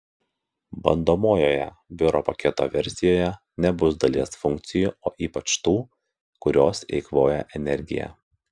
bandomojoje biuro paketo versijoje nebus dalies funkcijų o ypač tų kurios eikvoja energiją